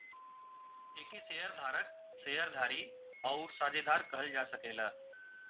एके शेअर धारक, शेअर धारी आउर साझेदार कहल जा सकेला